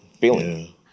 feeling